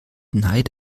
neid